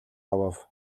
авав